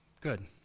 Good